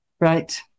Right